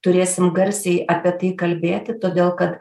turėsim garsiai apie tai kalbėti todėl kad